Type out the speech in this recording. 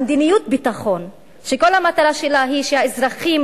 על מדיניות ביטחון שכל המטרה שלה היא שהאזרחים